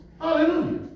Hallelujah